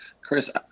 Chris